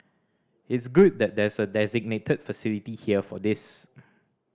it's good that there's a designated facility here for this